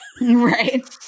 right